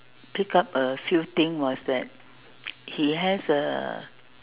pick up a few things was that he has a